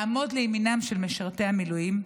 חובתנו לעמוד לימינם של משרתי המילואים,